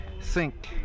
Sink